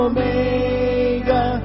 Omega